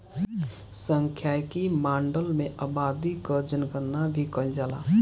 सांख्यिकी माडल में आबादी कअ जनगणना भी कईल जाला